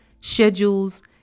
schedules